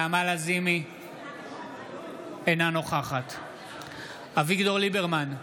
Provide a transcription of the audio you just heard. אינה נוכחת אביגדור ליברמן,